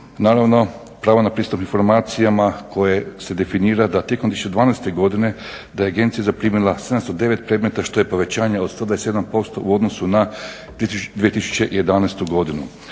Naravno prava na pristup informacijama koje se definira da tijekom 2012.godine da je agencija zaprimila 709 predmeta što je povećanje od 127% u odnosu na 2011.godinu.